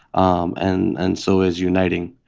um and and so is uniting.